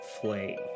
flame